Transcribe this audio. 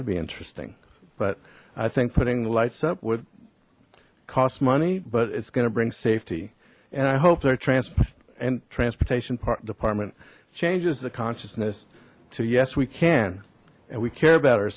would be interesting but i think putting lights up would cost money but it's going to bring safety and i hope they're transparent transportation part department changes the consciousness to yes we can and we care about our